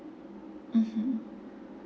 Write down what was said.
mmhmm